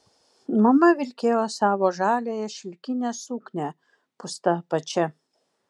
mama vilkėjo savo žaliąją šilkinę suknią pūsta apačia